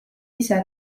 ise